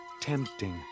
tempting